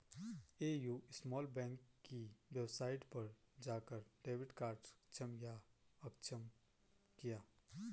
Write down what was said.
AU small bank की website पर जाकर डेबिट कार्ड सक्षम या अक्षम किया